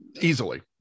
easily